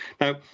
Now